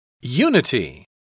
Unity